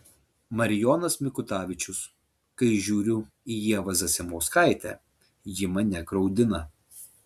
marijonas mikutavičius kai žiūriu į ievą zasimauskaitę ji mane graudina